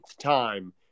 time